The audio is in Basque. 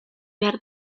behar